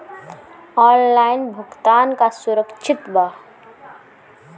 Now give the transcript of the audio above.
Online भुगतान का सुरक्षित बा?